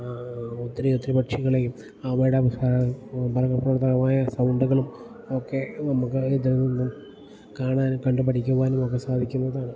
ഒത്തിരിയൊത്തിരി പക്ഷികളെയും അവയുടെ മർമ്മ പ്രധാനമായ സൗണ്ടുകളും ഒക്കെ നമുക്ക് ഇതിൽ നിന്നും കാണാനും കണ്ടു പഠിക്കുവാനുവൊക്കെ സാധിക്കുന്നതാണ്